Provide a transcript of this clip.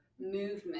movement